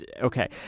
Okay